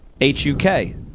H-U-K